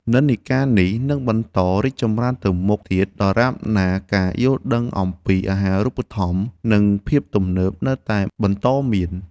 និន្នាការនេះនឹងបន្តរីកចម្រើនទៅមុខទៀតដរាបណាការយល់ដឹងអំពីអាហារូបត្ថម្ភនិងភាពទំនើបនៅតែបន្តមាន។